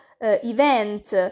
event